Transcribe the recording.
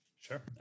Sure